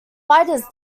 fighters